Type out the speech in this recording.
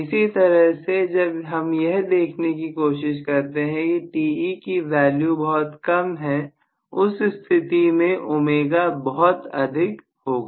इसी तरह से जब हम यह देखने की कोशिश करते हैं Te की वैल्यू बहुत कम है उस स्थिति में ω बहुत अधिक होगा